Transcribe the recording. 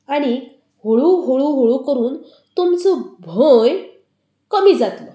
आनी हळू हळू हळू करून तुमचो भंय कमी जातलो